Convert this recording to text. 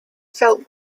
felt